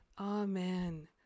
Amen